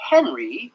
Henry